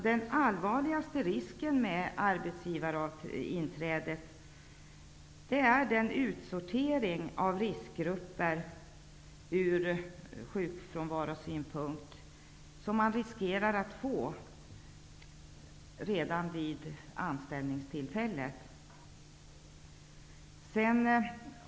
Den allvarligaste risken med arbetsgivarinträdet ur sjukfrånvarosynpunkt är den utsortering av riskgrupper som man kan få redan vid anställningstillfället.